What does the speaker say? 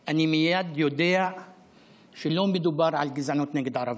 אני מייד יודע שלא מדובר על גזענות נגד ערבים,